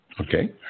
Okay